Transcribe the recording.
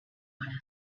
one